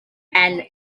and